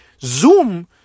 zoom